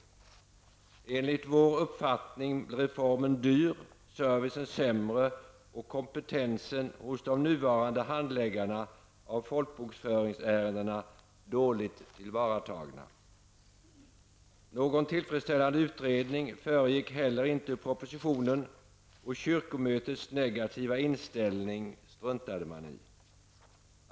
Enligt vår uppfattning blev reformen dyr, servicen sämre och kompetensen hos de nuvarande handläggarna av folkbokföringsärenden dåligt tillvaratagen. Någon tillfredsställande utredning föregick heller inte propositionen, och kyrkomötets negativa inställning struntade man i.